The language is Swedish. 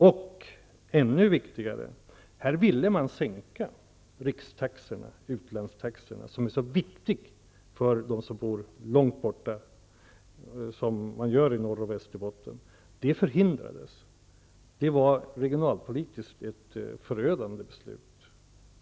Men ännu viktigare var att televerket ville sänka rikstaxorna och utlandstaxorna som är så viktiga för dem som bor där avstånden är långa -- som de är i Norr och Västerbotten. Men det förhindrades, och det var regionalpolitiskt ett förödande beslut.